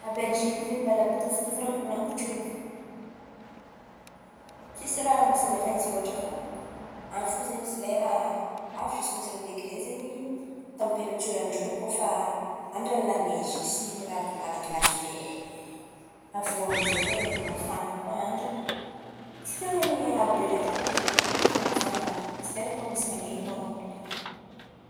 A Belziky zen̈y, mbola mitovitovy rango rango tio in̈y fo. Tsisy maha samy hafa izy loatra fa an̈y fo zen̈y misy lera avy ziska zerô degre zen̈y tamperatioran-drô koa fa andran’ny la neizy sy rô la gilasy be. Avô amy zay mafana koa andra, tsy ten̈a ny an̈abo be ndraiky tamperatioran-drô koa fa mafana andra. Misy lerany koa misy malen̈y môramôra karàha in̈y.